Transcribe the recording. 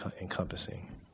encompassing